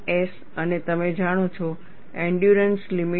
અને તમે જાણો છો એંડયૂરન્સ લિમિટ શું છે